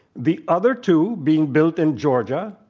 the other two, being built in georgia,